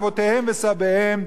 אבותיהם וסביהם,